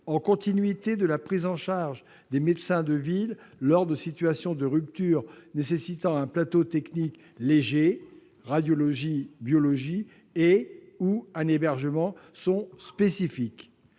en continuité de la prise en charge des médecins de ville lors de situations de rupture nécessitant un plateau technique léger- radiologie, biologie -et/ou un hébergement sont spécifiques.